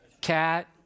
Cat